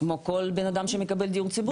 כמו כל בן אדם שמקבל דיור ציבורי.